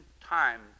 time